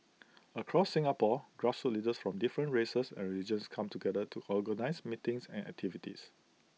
across Singapore grassroots leaders from different races and religions come together to organise meetings and activities